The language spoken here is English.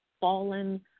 fallen